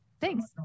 Thanks